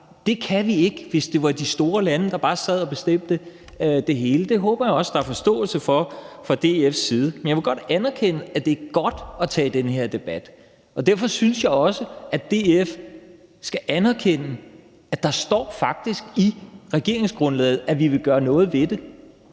Det kunne vi ikke, hvis det var de store lande, der bare sad og bestemte det hele. Det håber jeg også at der er forståelse for fra DF's side. Men jeg vil godt anerkende, at det er godt at tage den her debat. Derfor synes jeg også, at DF skal anerkende, at der faktisk står i regeringsgrundlaget, at vi vil gøre noget ved det.